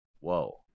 Whoa